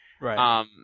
Right